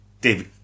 David